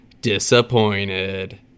disappointed